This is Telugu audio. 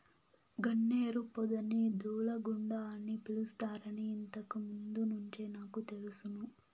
గన్నేరు పొదని దూలగుండ అని పిలుస్తారని ఇంతకు ముందు నుంచే నాకు తెలుసును